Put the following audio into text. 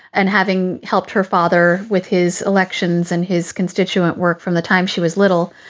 and having helped her father with his elections and his constituent work from the time she was little.